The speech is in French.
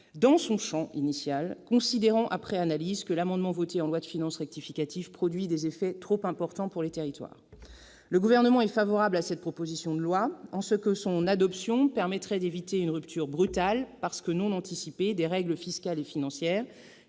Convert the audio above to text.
dans son champ initial, considérant après analyse que l'amendement voté en loi de finances rectificative produit des effets trop importants pour ces territoires. Le Gouvernement est favorable à cette proposition de loi, son adoption permettant d'éviter une rupture brutale, parce que non anticipée, des règles fiscales et financières,